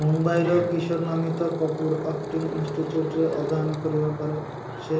ମୁମ୍ବାଇର କିଶୋର ନମିତ କପୁର୍ ଆକ୍ଟିଙ୍ଗ ଇନଷ୍ଟିଚ୍ୟୁଟରେ ଅଧ୍ୟୟନ କରିବା ପରେ ସେ